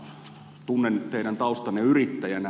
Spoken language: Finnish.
tunnen teidän taustanne yrittäjänä